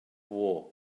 war